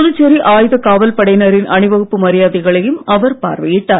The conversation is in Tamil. புதுச்சேரி ஆயுத காவல் படையினரின் அணிவகுப்பு மரியாதைகளையும் அவர் பார்வையிட்டார்